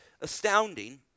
astounding